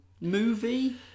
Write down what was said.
movie